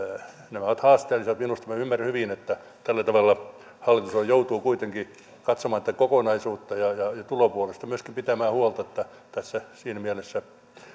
nämä ovat haasteellisia minä ymmärrän hyvin että tällä tavalla hallitus joutuu kuitenkin katsomaan kokonaisuutta ja tulopuolesta myöskin pitämään huolta siinä mielessä